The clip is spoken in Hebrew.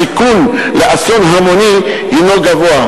הסיכון של אסון המוני הינו גדול.